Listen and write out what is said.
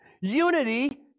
unity